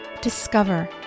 discover